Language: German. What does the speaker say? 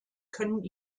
können